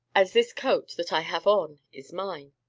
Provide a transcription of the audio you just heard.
as this coat, that i have on, is mine.